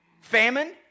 Famine